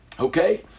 Okay